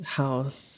house